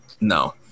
No